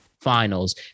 finals